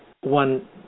one